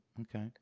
okay